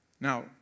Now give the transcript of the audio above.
Now